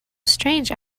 strange